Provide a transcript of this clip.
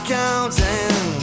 counting